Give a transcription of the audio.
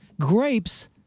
Grapes